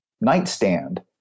nightstand